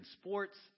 sports